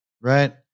Right